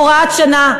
הוראת שנה,